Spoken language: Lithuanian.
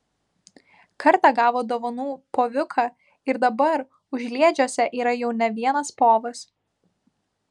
kartą gavo dovanų poviuką ir dabar užliedžiuose yra jau ne vienas povas